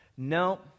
No